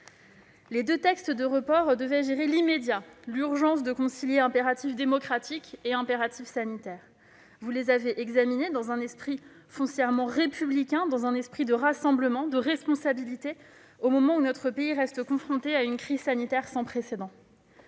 Les deux textes de report devaient gérer l'immédiat, l'urgence de concilier impératifs démocratiques et impératifs sanitaires. Vous les avez examinés dans un esprit foncièrement républicain, dans un esprit de rassemblement et de responsabilité, au moment où notre pays reste confronté à une crise sanitaire sans précédent.